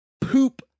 poop